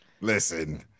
Listen